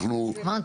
ההסדרים.